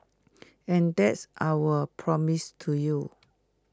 and that's our promise to you